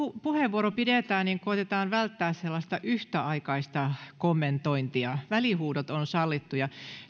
puheenvuoro pidetään niin koetetaan välttää sellaista yhtäaikaista kommentointia välihuudot ovat sallittuja